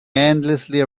endlessly